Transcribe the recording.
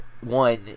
one